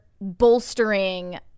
bolstering